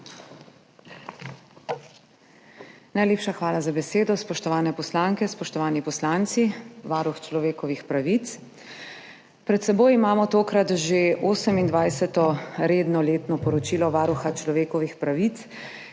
Najlepša hvala za besedo. Spoštovane poslanke, spoštovani poslanci, varuh človekovih pravic! Pred seboj imamo tokrat že 28. redno letno poročilo Varuha človekovih pravic,